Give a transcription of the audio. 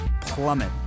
plummet